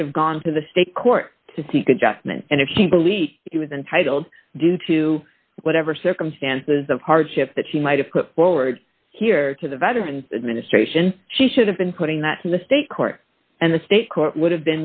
should have gone to the state court to seek adjustment and if she believed he was entitled due to whatever circumstances of hardship that she might have put forward here to the veteran's administration she should have been putting that in the state court and the state court would have